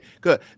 good